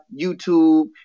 YouTube